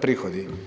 prihodi.